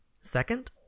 Second